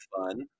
fun